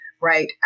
right